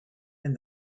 and